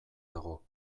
dago